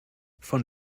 von